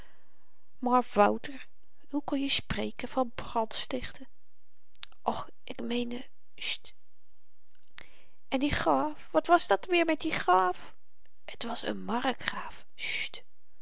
maar wouter hoe kon je spreken van brandstichten och ik meende sjt en die graaf wat was dat weer met dien graaf t was n